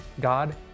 God